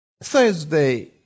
Thursday